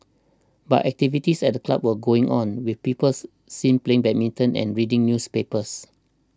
but activities at the club were going on with peoples seen playing badminton and reading newspapers